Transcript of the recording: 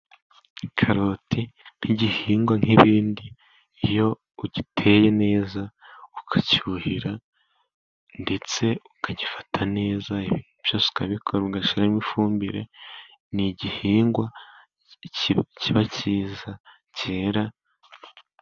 Karoti nk'igihingwa nk'ibindi, iyo ugiteye neza ukacyuhira, ndetse ukagifata neza, byose ukabikora ugashyiramo ifumbire, ni igihingwa kiba cyiza cyera.